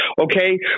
Okay